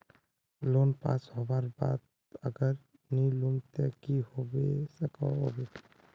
Loan pass होबार बाद अगर नी लुम ते की होबे सकोहो होबे?